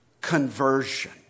conversion